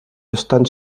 estan